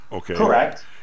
Correct